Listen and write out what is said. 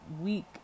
week